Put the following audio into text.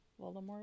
Voldemort